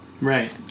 Right